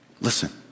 Listen